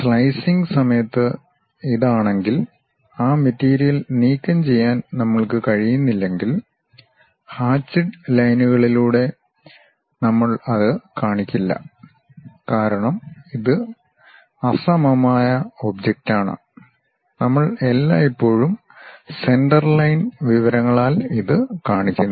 slicing സമയത്ത് ഇത് ആണെങ്കിൽ ആ മെറ്റീരിയൽ നീക്കംചെയ്യാൻ നമ്മൾക്ക് കഴിയുന്നില്ലെങ്കിൽ ഹാചിഡ് ലൈൻകളിലൂടെ നമ്മൾ അത് കാണിക്കില്ല കാരണം ഇത് അസമമായ ഒബ്ജക്റ്റാണ് നമ്മൾ എല്ലായ്പ്പോഴും സെന്റർ ലൈൻ വിവരങ്ങളാൽ ഇത് കാണിക്കുന്നു